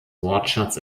wortschatz